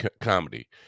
comedy